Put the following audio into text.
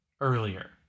earlier